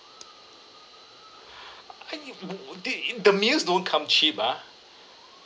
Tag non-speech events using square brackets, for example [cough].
[breath] the meals don't come cheap ah